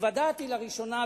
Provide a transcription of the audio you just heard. התוודעתי לראשונה,